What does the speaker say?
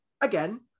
again